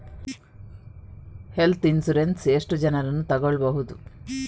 Health insurance ಎಷ್ಟು ಜನರನ್ನು ತಗೊಳ್ಬಹುದು?